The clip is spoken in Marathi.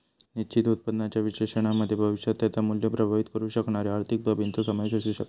निश्चित उत्पन्नाच्या विश्लेषणामध्ये भविष्यात त्याचा मुल्य प्रभावीत करु शकणारे आर्थिक बाबींचो समावेश असु शकता